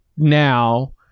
Now